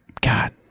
God